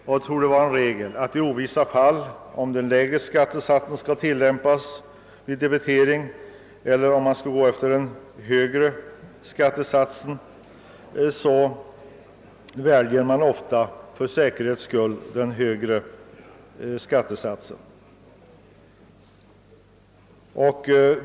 är man oviss om huruvida den lägre eller den högre skattesatsen skall tillämpas väljer man ofta för säkerhets skull den högre skattesatsen.